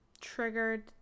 triggered